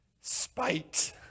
spite